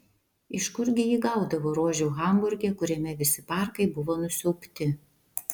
iš kurgi ji gaudavo rožių hamburge kuriame visi parkai buvo nusiaubti